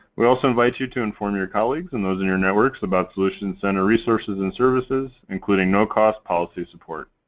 we also invite you to inform your colleagues and those in your networks about solutions center resources and services including no-cost policy support.